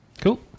Cool